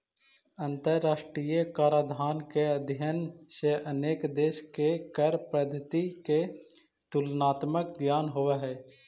अंतरराष्ट्रीय कराधान के अध्ययन से अनेक देश के कर पद्धति के तुलनात्मक ज्ञान होवऽ हई